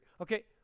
Okay